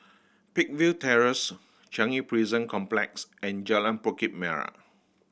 Peakville Terrace Changi Prison Complex and Jalan Bukit Merah